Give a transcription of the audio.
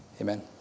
Amen